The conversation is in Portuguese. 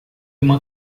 uma